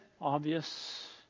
Obvious